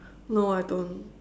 no I don't